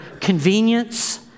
convenience